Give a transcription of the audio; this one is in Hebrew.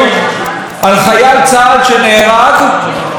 אזרחים ישראלים שנהרגו בזמן שאנחנו היינו בפגרה.